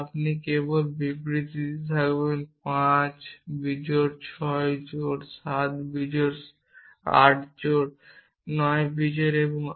তারপর আপনি কেবল বিবৃতি দিতে থাকবেন 5 বিজোড় 6 জোড় 7 বিজোড় 8 জোড় 9 বিজোড়